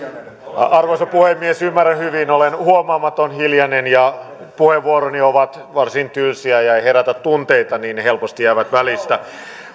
arvoisa puhemies ymmärrän hyvin olen huomaamaton hiljainen ja kun puheenvuoroni ovat varsin tylsiä eivätkä herätä tunteita niin ne helposti jäävät välistä